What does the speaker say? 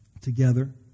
together